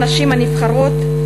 הנשים הנבחרות,